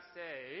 say